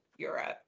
Europe